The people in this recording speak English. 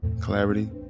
clarity